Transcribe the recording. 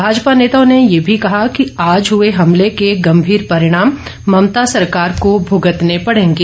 भाजपा नेताओं ने ये भी कहा कि आज हए हमले के गंभीर परिणाम ममता सरकार को भुगतने पड़ेंगे